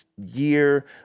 year